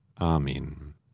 Amen